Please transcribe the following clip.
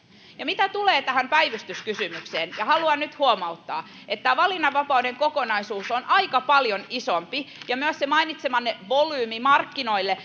mitä tulee tähän päivystyskysymykseen haluan nyt huomauttaa että tämä valinnanvapauden kokonaisuus on aika paljon isompi ja myös se mainitsemanne volyymi markkinoille